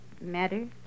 matter